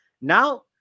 Now